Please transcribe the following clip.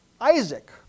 Isaac